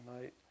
night